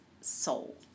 soul